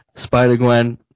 Spider-Gwen